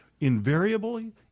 invariably